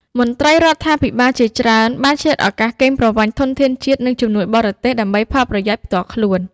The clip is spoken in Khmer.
មន្ត្រីរដ្ឋាភិបាលជាច្រើនបានឆ្លៀតឱកាសកេងប្រវ័ញ្ចធនធានជាតិ និងជំនួយបរទេសដើម្បីផលប្រយោជន៍ផ្ទាល់ខ្លួន។